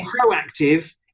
proactive